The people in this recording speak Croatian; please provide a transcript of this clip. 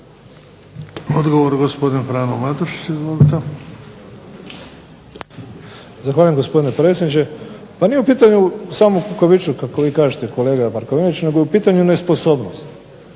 Odgovor gospodin Frano Matušić. Izvolite.